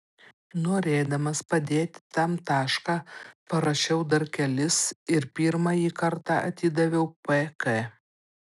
norėdamas padėti tam tašką parašiau dar kelis ir pirmąjį kartą atidaviau pk